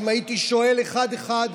אם הייתי שואל אחד-אחד,